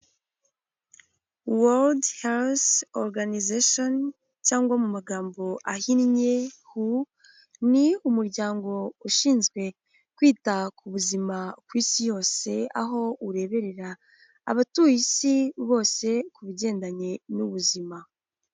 World Health Organization cyangwa mu magambo ahinnye WHO, ni umuryango ushinzwe kwita ku buzima ku isi yose, aho ureberera abatuye isi bose ku bigendanye n'ubuzima.